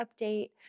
update